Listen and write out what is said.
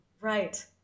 Right